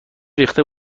ریخته